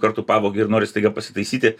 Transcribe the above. kartų pavogė ir nori staiga pasitaisyti